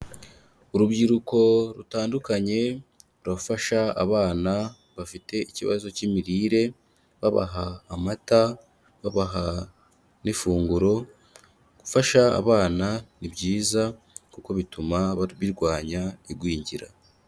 Urubyiruko rutandukanye rurafasha abana bafite ikibazo cy'imirire, babaha amata, babaha n'ifunguro, gufasha abana ni byiza kuko bituma birwanya igwingira.